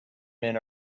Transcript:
men